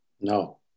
No